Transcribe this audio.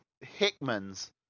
Hickman's